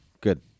Good